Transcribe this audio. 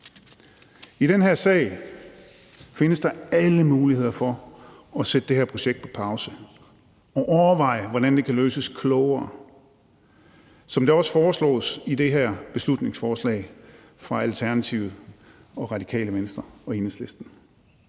I den her sag findes der alle muligheder for at sætte det her projekt på pause og overveje, hvordan det kan løses klogere, som det foreslås i det her beslutningsforslag fra Alternativet, Radikale Venstre og Enhedslisten.